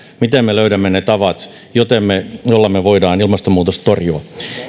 miten me löydämme ne tavat joilla me voimme ilmastonmuutosta torjua